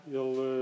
ele